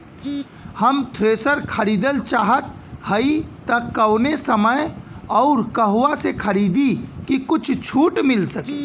हम थ्रेसर खरीदल चाहत हइं त कवने समय अउर कहवा से खरीदी की कुछ छूट मिल सके?